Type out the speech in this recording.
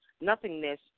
nothingness